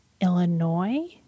Illinois